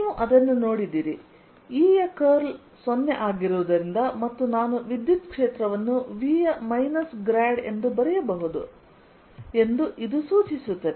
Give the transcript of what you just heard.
ನೀವು ಅದನ್ನು ನೋಡಿದ್ದೀರಿ E ಯ ಕರ್ಲ್ 0 ಆಗಿರುವುದರಿಂದ ಮತ್ತು ನಾನು ವಿದ್ಯುತ್ ಕ್ಷೇತ್ರವನ್ನು V ಯ ಮೈನಸ್ ಗ್ರೇಡ್ ಎಂದು ಬರೆಯಬಹುದು ಎಂದು ಇದು ಸೂಚಿಸುತ್ತದೆ